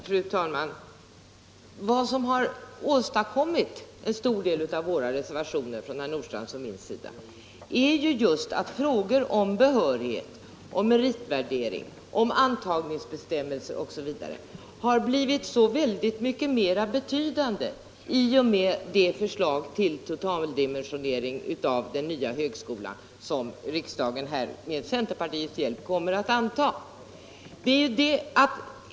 Fru talman! Vad som föranlett en stor del av herr Nordstrandhs och mina reservationer är just att frågor om behörighet, meritvärdering, antagningsbestämmelser osv. har blivit så mycket mer betydande i och med det förslag till totaldimensionering av den nya högskolan som riksdagen med centerpartiets hjälp kommer att anta.